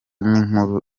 n’inkuru